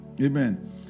Amen